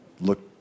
look